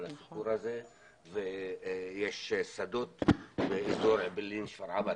הסיפור הזה ויש שדות באזור עיבלין-שפרעם,